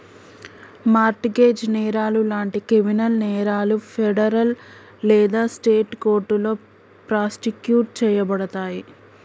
mart gauge నేరాలు లాంటి criminal నేరాలు ఫెడరల్ లేదా స్టేట్ కోర్టులో ప్రాసిక్యూట్ చేయబడతయి